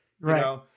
Right